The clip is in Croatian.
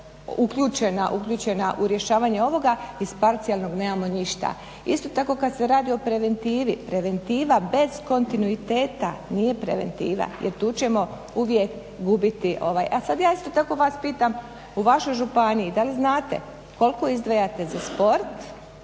uključena u rješavanje ovoga, iz parcijalnog nemamo ništa. Isto tako kad se radi o preventivi, preventiva bez kontinuiteta nije preventiva jer tu ćemo uvijek gubiti. A sad ja isto tako vas pitam, u vašoj županiji da li znate koliko izdvajate za sport,